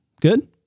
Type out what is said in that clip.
good